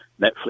Netflix